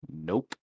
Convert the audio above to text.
nope